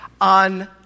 on